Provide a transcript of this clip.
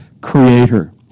creator